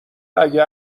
اگه